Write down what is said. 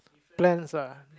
plans ah